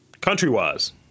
Country-wise